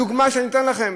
הדוגמה שאני נותן לכם: